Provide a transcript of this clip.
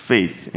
Faith